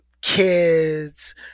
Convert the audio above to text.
kids